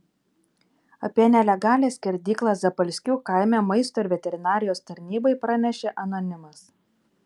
apie nelegalią skerdyklą zapalskių kaime maisto ir veterinarijos tarnybai pranešė anonimas